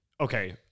okay